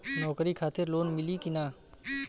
नौकरी खातिर लोन मिली की ना?